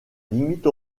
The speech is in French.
limite